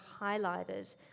highlighted